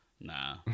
nah